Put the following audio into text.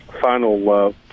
final